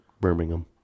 Birmingham